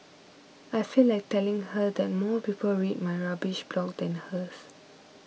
I feel like telling her that more people read my rubbish blog than hers